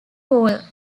wall